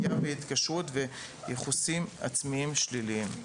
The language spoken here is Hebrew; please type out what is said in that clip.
פגיעה בהתקשרות וייחוסים עצמיים שליליים.